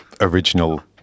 original